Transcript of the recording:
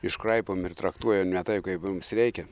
iškraipom ir traktuojam ne taip kaip mums reikia